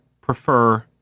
prefer